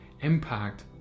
impact